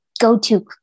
go-to